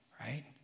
right